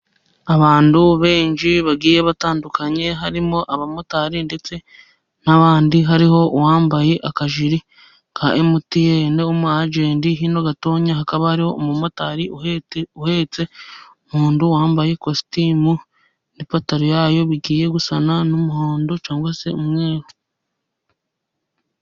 Abantu benshi bagiye batandukanye, harimo abamotari ndetse n'abandi, hariho uwambaye akajiri ka emutiyene w'umu ajeti, hino gatonya hakaba hariho umumotari uhetse, umuntu wambaye ikositimu n'ipantaro yayo, bigiye gusa n'umuhondo cyangwa se umweru.